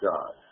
God